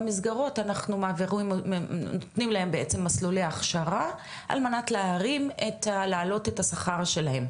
מסגרות אנחנו נותנים להם בעצם מסלולי הכשרה על מנת להעלות את השכר שלהם,